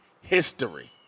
history